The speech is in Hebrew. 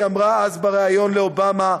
היא אמרה אז בריאיון לאובמה: